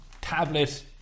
tablet